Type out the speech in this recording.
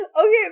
Okay